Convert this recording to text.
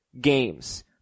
games